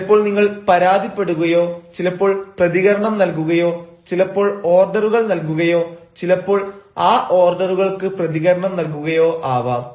ചിലപ്പോൾ നിങ്ങൾ പരാതിപ്പെടുകയോ ചിലപ്പോൾ പ്രതികരണം നൽകുകയോ ചിലപ്പോൾ ഓർഡറുകൾ നൽകുകയോ ചിലപ്പോൾ ആ ഓർഡറുകൾക്ക് പ്രതികരണം നൽകുകയോ ആവാം